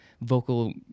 vocal